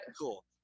Cool